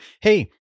Hey